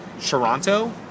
Toronto